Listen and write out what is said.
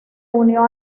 unió